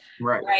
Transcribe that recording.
right